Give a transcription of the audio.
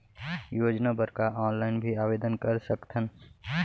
योजना बर का ऑनलाइन भी आवेदन कर सकथन?